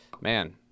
man